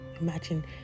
imagine